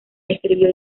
escribió